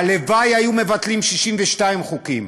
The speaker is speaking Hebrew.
הלוואי שהיו מבטלים 62 חוקים.